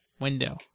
window